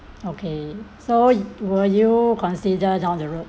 okay so will you consider down the road